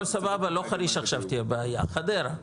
סבבה אבל לא חריש עכשיו תהיה בעיה אלא חדרה.